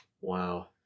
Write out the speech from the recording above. wow